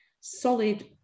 solid